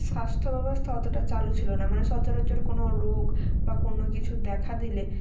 স্বাস্থ্য ব্যবস্থা অতটা চালু ছিল না মানে সচরাচর কোনও রোগ বা কোনও কিছু দেখা দিলে